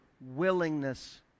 willingness